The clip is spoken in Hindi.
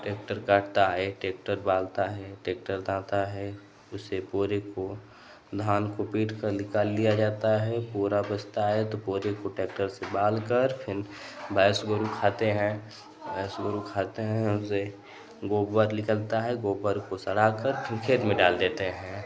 ट्रैक्टर काटता है ट्रैक्टर बालता है ट्रैक्टर दाता है उसे बोरे को धान को पीट कर निकाल लिया जाता है कोरा बचता है तो कोरे को ट्रैक्टर से बाल कर फिर भैंस गोरू खाते हैं भैंस गोरू खाते हैं उसे गोबर निकलता है गोबर को सड़ा कर फिर खेत में डाल देते हैं